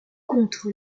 contre